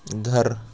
گھر